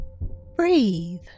Breathe